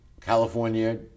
California